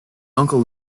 uncle